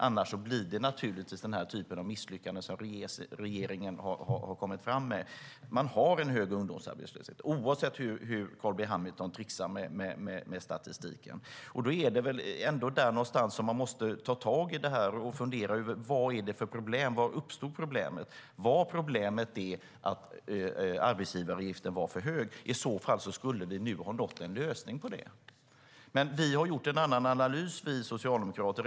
Annars blir det misslyckanden med tanke på hur regeringen far fram. Vi har en hög ungdomsarbetslöshet, oavsett hur Carl B Hamilton tricksar med statistiken. Någonstans måste man ta tag i det här och fundera: Vad är det för problem? Var uppstod problemet? Var problemet att arbetsgivaravgiften var för hög? Om det var så skulle vi nu ha fått en lösning. Vi socialdemokrater har gjort en annan analys.